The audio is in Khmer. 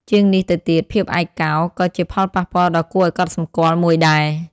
ជាងនេះទៅទៀត ភាពឯកោ ក៏ជាផលប៉ះពាល់ដ៏គួរឲ្យកត់សម្គាល់មួយដែរ។